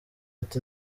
ati